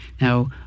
Now